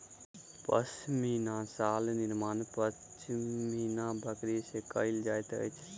पश्मीना शाल निर्माण पश्मीना बकरी के केश से कयल जाइत अछि